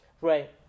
Right